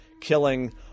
killing